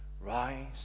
rise